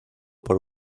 por